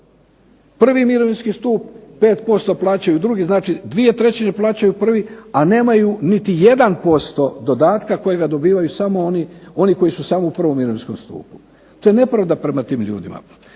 prvi mirovinski stup, 5% plaćaju u drugi mirovinski, znači dvije trećine plaćaju prvi, a nemaju niti 1% dodataka koji dobivaju samo oni koji su u prvom mirovinskom stupu. To je nepravda prema tim ljudima.